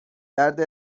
درد